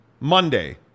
Monday